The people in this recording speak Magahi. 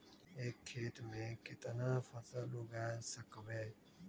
एक खेत मे केतना फसल उगाय सकबै?